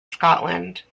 scotland